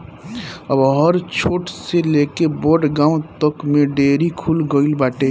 अब हर छोट से लेके बड़ गांव तक में डेयरी खुल गईल बाटे